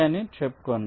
అని చెప్పండి